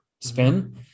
spin